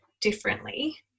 differently